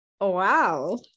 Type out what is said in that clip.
Wow